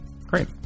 great